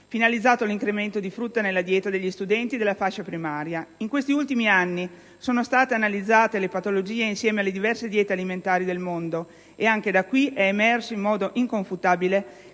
finalizzato all'incremento di frutta nella dieta degli studenti della fascia primaria. In questi ultimi anni sono state analizzate le patologie insieme alle diverse diete alimentari del mondo, e anche da qui è emerso in modo inconfutabile